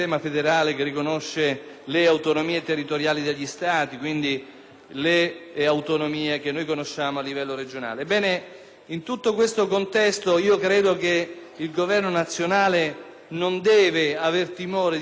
le autonomie che noi conosciamo a livello regionale.